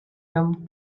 them